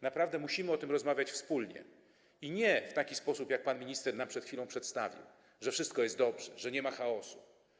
Naprawdę musimy o tym rozmawiać wspólnie, ale nie w taki sposób, jaki pan minister nam przed chwilą przedstawił, kiedy mówił, że wszystko jest dobrze, że nie ma chaosu.